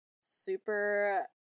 super